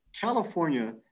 California